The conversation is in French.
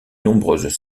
nombreuses